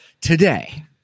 Today